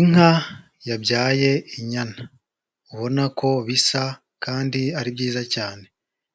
Inka yabyaye inyana, ubona ko bisa kandi ari byiza cyane,